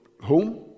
home